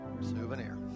Souvenir